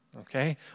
okay